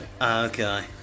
okay